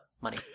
money